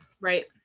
Right